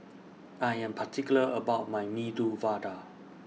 I Am particular about My Medu Vada